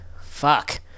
fuck